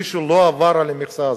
מי לא עבר את המכסה הזאת.